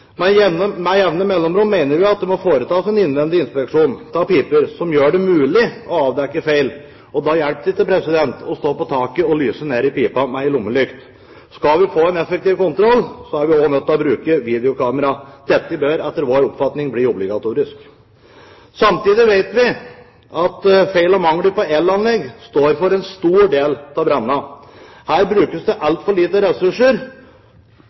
Med jevne mellomrom mener vi at det må foretas en innvendig inspeksjon av piper som gjør det mulig å avdekke feil. Da hjelper det ikke å stå på taket og lyse ned i pipa med en lommelykt. Skal vi få en effektiv kontroll, er vi også nødt til å bruke videokamera. Dette bør etter vår oppfatning bli obligatorisk. Samtidig vet vi at feil og mangler på elanlegg står for en stor del av brannene. Her brukes det altfor lite ressurser